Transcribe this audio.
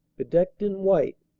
bedecked in white,